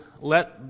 let